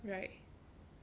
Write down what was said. right